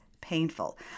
painful